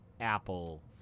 apple